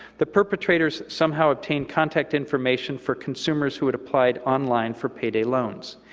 the perpetrators somehow obtained contact information for consumers who had applied online for payday loans.